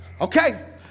Okay